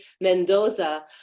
Mendoza